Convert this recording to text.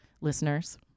listeners